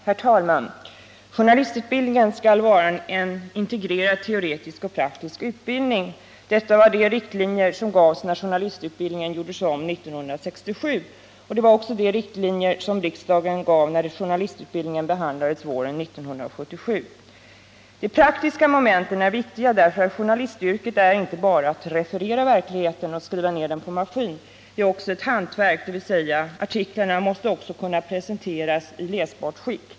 Herr talman! Journalistutbildningen skall vara en integrerad teoretisk och praktisk utbildning. Detta var de riktlinjer som gavs när journalistutbildningen gjordes om 1967, och det var också de riktlinjer som riksdagen gav när journalistutbildningen behandlades våren 1977. De praktiska momenten är viktiga därför att journalistyrket inte bara är att referera verkligheten och skriva ner den på maskin. Det är också ett hantverk, dvs. artiklarna måste även kunna presenteras i läsbart skick.